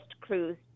cruise